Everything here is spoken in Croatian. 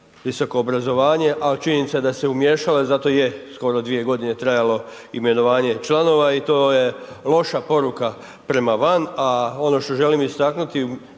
visoko obrazovanje a činjenica je da se umiješala i zato je skoro 2 g. trajalo imenovanje članova i to je loša poruka prema van a ono što želim istaknuti,